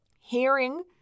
hearing